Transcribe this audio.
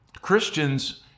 Christians